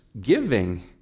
giving